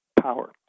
power